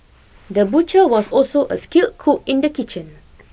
the butcher was also a skilled cook in the kitchen